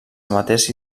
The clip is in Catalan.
amateurs